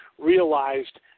realized